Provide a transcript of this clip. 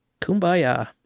Kumbaya